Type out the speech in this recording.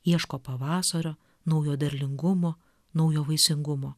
ieško pavasario naujo derlingumo naujo vaisingumo